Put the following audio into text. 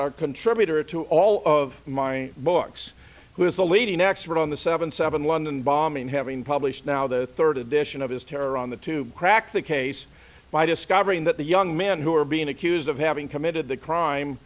our contributor to all of mine books who is a leading expert on the seven seven london bombing having published now the third edition of his terror on the tube cracked the case by discovering that the young men who are being accused of having committed the crime